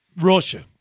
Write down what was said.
Russia